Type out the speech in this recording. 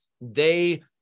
they-